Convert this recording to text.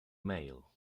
mail